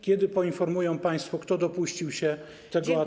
Kiedy poinformują państwo, kto dopuścił się tego ataku.